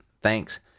Thanks